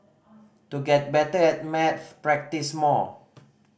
to get better at maths practise more